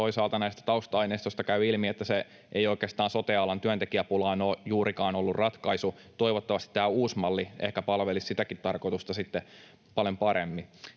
toisaalta näistä tausta-aineistoista käy ilmi, että se ei oikeastaan sote-alan työntekijäpulaan ole juurikaan ollut ratkaisu. Toivottavasti tämä uusi malli ehkä palvelisi sitäkin tarkoitusta sitten paljon paremmin.